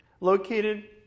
Located